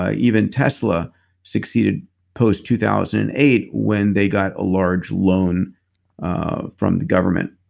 ah even tesla succeeded post two thousand and eight when they got a large loan ah from the government.